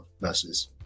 versus